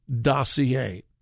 dossier